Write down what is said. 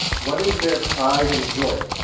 what is their pride and joy,